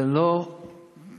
זה לא קוים.